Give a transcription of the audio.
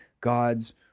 God's